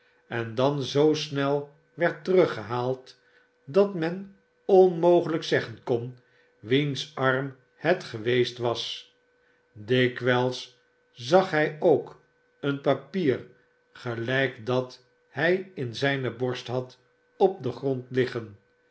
en dan zoo snel werd teruggehaald dat men onmogelijk zeggen kon wiens arm het geweest was dikwijls zag hij ook een papier gelijk dat hij in zijne borst had op den grond liggen